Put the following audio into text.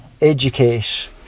educate